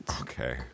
Okay